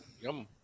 Yum